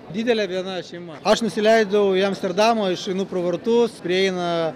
didelė viena šeima aš nusileidau į amsterdamą išeinu pro vartus prieina